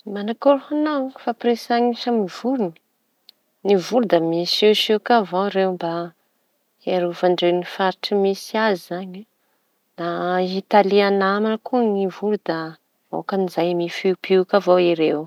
Manakory ho añao, ny fampiresahany samy vorona? Ny voro da misiosioka avao ireo mba hiarovan-dreo ny faritsy misy azy izañy; da hitalia nama koa ny voro da aokan'izay mifiopioka avao ireo.